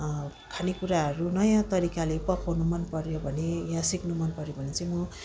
खाने कुराहरू नयाँ तरिकाले पकाउनु मनपर्यो भने या सिक्नु मनपर्यो भने चाहिँ म